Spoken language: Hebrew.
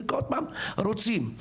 ובכל פעם רוצים עוד.